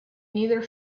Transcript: neither